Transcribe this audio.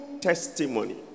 testimony